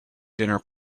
dinner